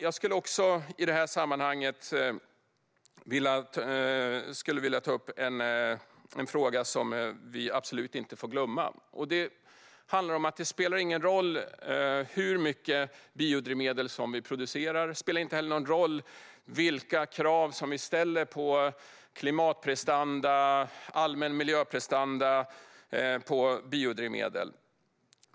Jag vill i det här sammanhanget ta upp en fråga som vi absolut inte får glömma. Det spelar ingen roll hur mycket biodrivmedel som vi producerar. Det spelar heller inte någon roll vilka krav vi ställer på klimatprestanda och allmän miljöprestanda för biodrivmedel.